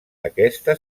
aquesta